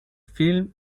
film